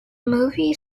movie